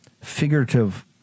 figurative